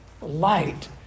Light